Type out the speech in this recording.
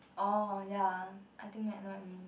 oh ya I think I know what you mean